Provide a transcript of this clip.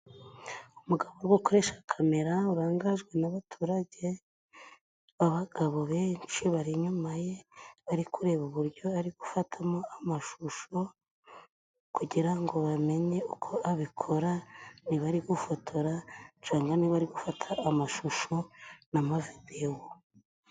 Umugabo uri gukoresha kamera urangajwe n'abaturage, abagabo benshi bari inyuma ye bari kureba uburyo ari gufatamo amashusho, kugira ngo bamenye uko abikora niba ari gufotora cangwa niba ari gufata amashusho n'amavidewo.